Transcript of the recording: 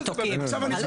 שתוקעים.